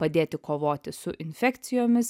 padėti kovoti su infekcijomis